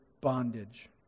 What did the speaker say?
bondage